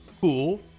cool